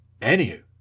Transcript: Anywho